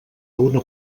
una